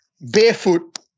barefoot